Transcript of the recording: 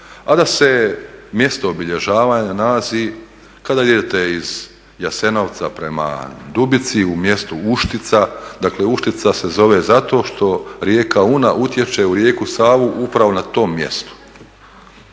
a da se mjesto obilježavanja nalazi kada idete iz Jasenovca prema Dubici u mjestu Uštica. Dakle Uštica se zove zato što rijeka Una utječe u rijeku Savu upravo na tom mjestu.